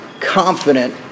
confident